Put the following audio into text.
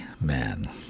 man